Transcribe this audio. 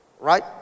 Right